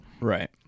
Right